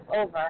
over